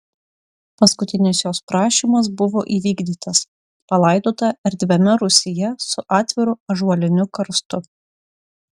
paskutinis jos prašymas buvo įvykdytas palaidota erdviame rūsyje su atviru ąžuoliniu karstu